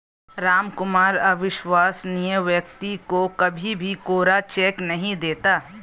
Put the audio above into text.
रामकुमार अविश्वसनीय व्यक्ति को कभी भी कोरा चेक नहीं देता